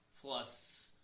plus